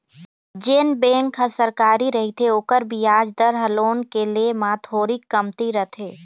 जेन बेंक ह सरकारी रहिथे ओखर बियाज दर ह लोन के ले म थोरीक कमती रथे